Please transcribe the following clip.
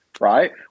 right